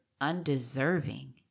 undeserving